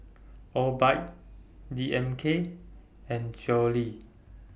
Obike D M K and